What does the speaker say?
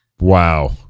wow